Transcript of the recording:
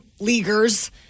leaguers